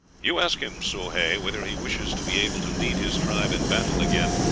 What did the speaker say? you ask him, soh hay, whether he wishes to be able to lead his tribe in battle again,